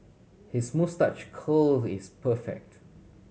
his moustache curl is perfect